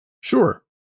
Sure